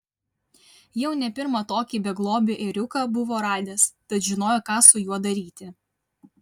jau ne pirmą tokį beglobį ėriuką buvo radęs tad žinojo ką su juo daryti